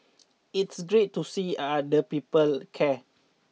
it's great to see are other people care